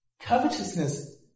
Covetousness